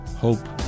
hope